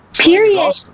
Period